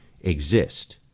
exist